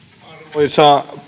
arvoisa